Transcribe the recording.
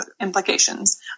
implications